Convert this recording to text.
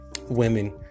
women